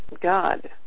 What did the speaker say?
God